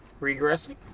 Regressing